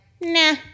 nah